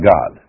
God